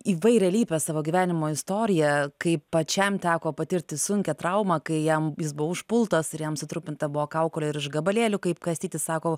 įvairialypę savo gyvenimo istoriją kaip pačiam teko patirti sunkią traumą kai jam jis buvo užpultas ir jam sutrupinta buvo kaukolė ir iš gabalėlių kaip kastytis sako